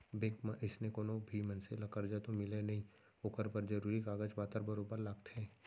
bank म अइसने कोनो भी मनसे ल करजा तो मिलय नई ओकर बर जरूरी कागज पातर बरोबर लागथे